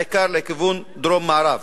בעיקר לכיוון דרום-מערב,